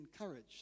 encouraged